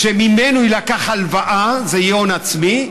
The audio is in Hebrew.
וממנו תילקח הלוואה, זה יהיה הון עצמי.